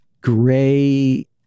gray